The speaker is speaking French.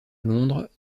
londres